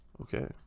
Okay